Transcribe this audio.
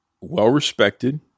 well-respected –